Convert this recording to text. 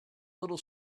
little